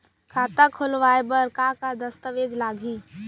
खाता खोलवाय बर का का दस्तावेज लागही?